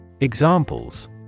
Examples